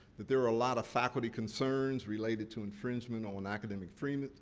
that there were a lot of faculty concerns related to infringement on academic freedom.